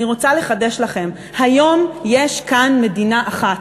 אני רוצה לחדש לכם: היום יש כאן מדינה אחת,